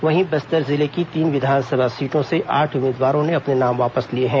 वहीं बस्तर जिले की तीन विधानसभा सीटों से आठ उम्मीदवारों ने अपने नाम वापस लिए हैं